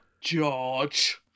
George